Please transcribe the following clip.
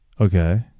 okay